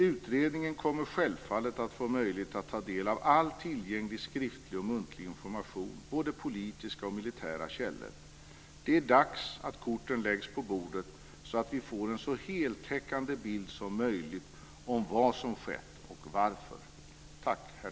Utredningen kommer självfallet att få möjlighet att ta del av all tillgänglig skriftlig och muntlig information, både politiska och militära källor. Det är dags att korten läggs på bordet, så att vi får en så heltäckande bild som möjligt av vad som skett och varför.